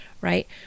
right